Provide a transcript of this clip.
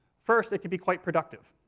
first, it can be quite productive.